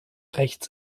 rechts